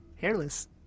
Hairless